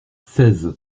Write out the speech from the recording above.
seize